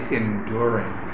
enduring